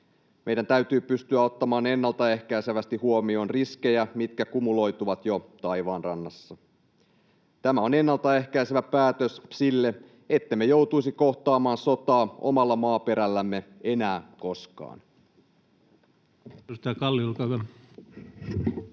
Meidän täytyy pystyä ottamaan ennaltaehkäisevästi huomioon riskejä, mitkä kumuloituvat jo taivaanrannassa. Tämä on ennaltaehkäisevä päätös sille, ettemme joutuisi kohtaamaan sotaa omalla maaperällämme enää koskaan.